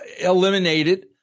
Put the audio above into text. eliminated